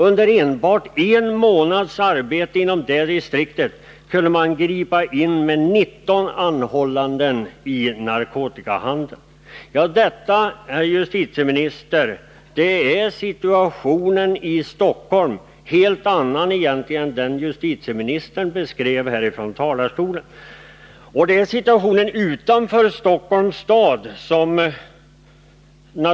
Under enbart en månads arbete inom distriktet kunde man gripa in i narkotikahandeln och göra 19 anhållanden. Detta, herr justitieminister, är situationen i Stockholm — den är alltså egentligen en helt annan än den som justitieministern beskrev här i talarstolen. Det jag har talat om är situationen utanför Stockholms innerstad.